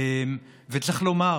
צריך לומר,